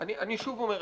אני שוב אומר.